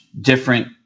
different